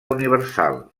universal